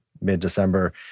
mid-December